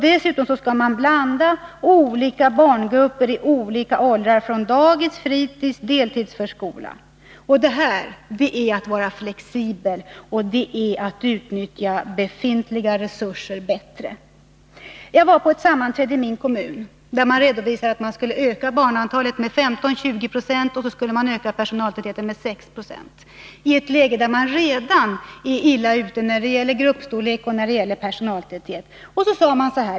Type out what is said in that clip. Dessutom skall man blanda olika grupper barn, i olika åldrar, från dagis, fritis och deltidsförskola. Det här är att vara flexibel och att utnyttja befintliga resurser bättre. Jag var på ett sammanträde i min kommun. Vid det sammanträdet redovisade man att man skulle öka barnantalet med 15-20 26, varvid personaltätheten skulle öka med 6 70, detta i ett läge då man redan är illa ute när det gäller gruppstorlek och personaltäthet.